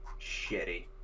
shitty